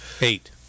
Eight